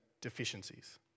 deficiencies